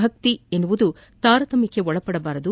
ಭಕ್ತಿ ಎನ್ನುವುದು ತಾರತಮ್ಜಕ್ಷೆ ಒಳಪಡಬಾರದು